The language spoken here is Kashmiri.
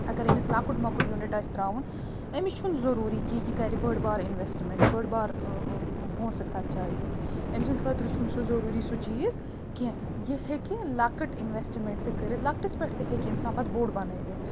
اگر أمِس لۄکُٹ موکُٹ یونٹ آسہِ تَراوُن أمس چھُ نہٕ ضُروری کہِ یہِ کَرِ بٔڑ بار اِنوسٹمیٚنٹ بٔڑ بارٕ پۄنٛسہٕ خرچایہِ یہِ أمۍ سنٛد خٲطرٕ چھُنہٕ سُہ ضُروری سُہ چیٖز کیٚنٛہہ یہِ ہیٚکہِ لَکٕٹۍ اِنوسٹمیٚنٹ تہِ کٔرِتھ لۄکٹس پٮ۪ٹھ تہِ ہیٚکہِ اِنسان پتہٕ بوٚڑ بنٲوِتھ